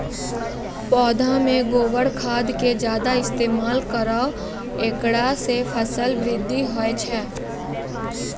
पौधा मे गोबर खाद के ज्यादा इस्तेमाल करौ ऐकरा से फसल बृद्धि होय छै?